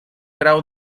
grau